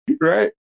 Right